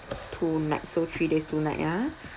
two nights so three days two night ah